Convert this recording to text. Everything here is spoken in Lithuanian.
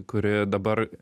kuri dabar